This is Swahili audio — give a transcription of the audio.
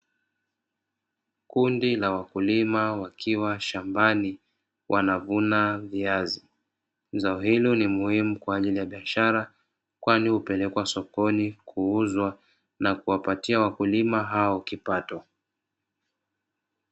Kundi la wakulima wakiwa shambani wanavuna viazi, zao hilo ni muhimu kwa ajili ya biashara, kwani hupelekwa sokoni kuuzwa na kuwapatia wakulima hao kipato.